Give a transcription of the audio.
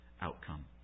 outcome